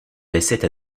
laissaient